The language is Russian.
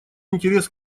интерес